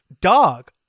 dog